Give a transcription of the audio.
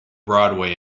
broadway